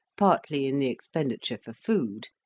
partly in the expenditure for food,